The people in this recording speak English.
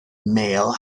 mail